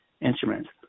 instruments